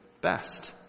best